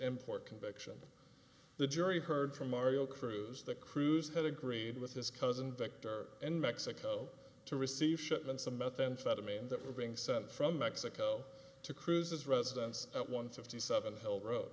import conviction the jury heard from mario cruz the crews had agreed with his cousin victor in mexico to receive shipments of methamphetamine that were being sent from mexico to cruise's residence at one fifty seven held ro